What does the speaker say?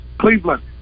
Cleveland